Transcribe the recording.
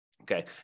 Okay